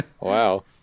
Wow